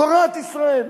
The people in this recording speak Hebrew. תורת ישראל.